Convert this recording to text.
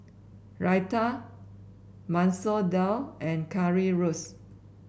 Raita Masoor Dal and Currywurst